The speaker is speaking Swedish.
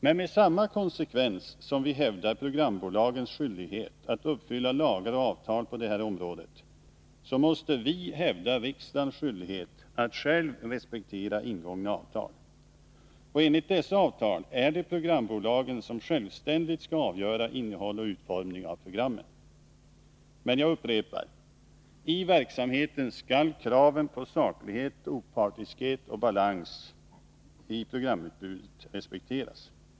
Men med samma konsekvens som vi hävdar programbolagens skyldighet att uppfylla lagar och avtal på detta område, måste vi hävda riksdagens skyldighet att själv respektera ingångna avtal. Enligt dessa avtal skall programbolagen självständigt avgöra innehåll och utformning av programmen. Men jag upprepar: I verksamheten skall kraven på saklighet, opartiskhet och balans i programutbudet respekteras.